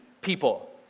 people